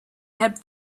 kept